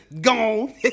Gone